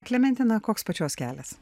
klementina koks pačios kelias